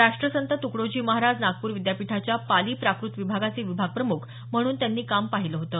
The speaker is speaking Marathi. राष्ट्रसंत तुकडोजी महाराज नागपूर विद्यापीठाच्या पाली प्राक्रत विभागाचे विभाग प्रमुख म्हणून त्यांनी काम पाहिलं होतं